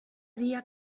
dia